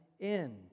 end